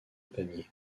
pamiers